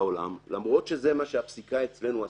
במצב כזה אנחנו מונחים להניח,